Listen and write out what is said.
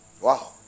Wow